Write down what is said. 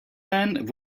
man